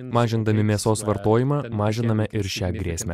mažindami mėsos vartojimą mažiname ir šią grėsmę